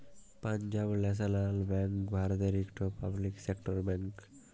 Punjab National Bank ভারতের ইকট public sector bank